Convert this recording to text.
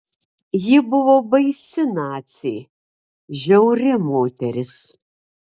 ji buvo baisi nacė žiauri moteris